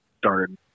started